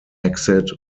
exit